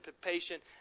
patient